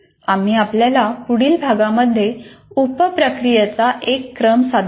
आम्ही आपल्याला पुढील भागामध्ये उप प्रक्रियाचा एक क्रम सादर करू